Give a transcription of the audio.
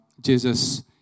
Jesus